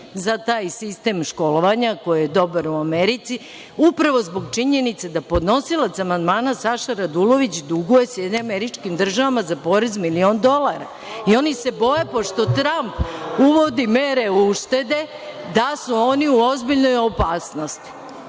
za taj sistem školovanja, koji je dobar u Americi, upravo zbog činjenice da podnosilac amandmana Saša Radulović duguje SAD za porez milion dolara. Oni se boje, pošto Tramp uvodi mere uštede, da su oni u ozbiljnoj opasnosti,